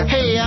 Hey